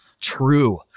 true